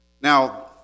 Now